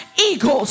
eagles